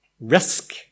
risk